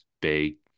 big